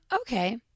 Okay